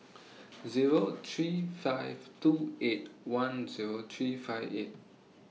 Zero three five two eight one Zero three five eight